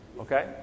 Okay